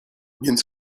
więc